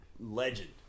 Legend